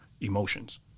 emotions